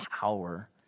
power